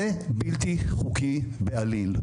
זה בלתי חוקי בעליל.